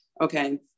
Okay